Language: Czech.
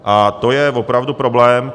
A to je opravdu problém.